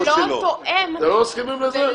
אתם לא מסכימים לזה?